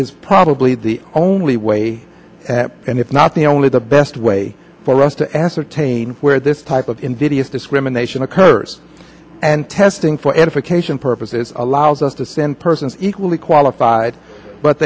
is probably the only way and if not the only the best way for us to ascertain where this type of invidious discrimination occurs and testing for edification purposes allows us to send persons equally qualified but